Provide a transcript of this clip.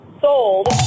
sold